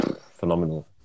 Phenomenal